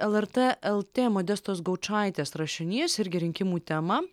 lrt lt modestos gaučaitės rašinys irgi rinkimų tema